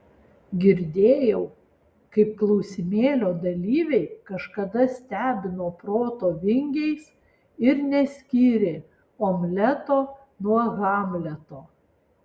girdėjau kaip klausimėlio dalyviai kažkada stebino proto vingiais ir neskyrė omleto nuo hamleto